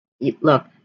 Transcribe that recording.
look